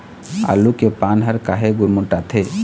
आलू के पान हर काहे गुरमुटाथे?